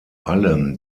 allem